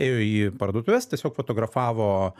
ėjo į parduotuves tiesiog fotografavo